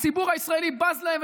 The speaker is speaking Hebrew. הציבור הישראלי בז להם,